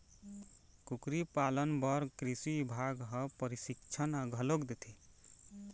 कुकरी पालन बर कृषि बिभाग ह परसिक्छन घलोक देथे